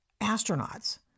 astronauts